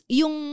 yung